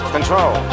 Control